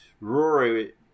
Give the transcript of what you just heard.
Rory